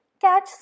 catch